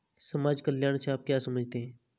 समाज कल्याण से आप क्या समझते हैं?